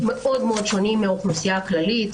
זה מאוד מאוד שונה מהאוכלוסייה הכללית,